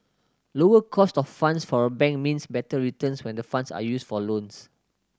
lower cost of funds for a bank means better returns when the funds are used for loans